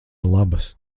labas